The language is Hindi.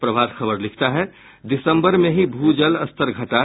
प्रभात खबर लिखता है दिसंबर में ही भू जल स्तर घटा